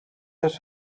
tres